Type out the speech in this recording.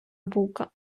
бука